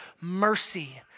mercy